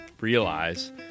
realize